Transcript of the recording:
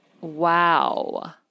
wow